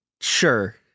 Sure